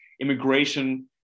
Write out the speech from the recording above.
Immigration